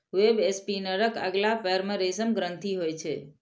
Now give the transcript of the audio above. वेबस्पिनरक अगिला पयर मे रेशम ग्रंथि होइ छै